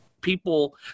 people